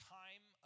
time